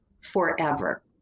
forever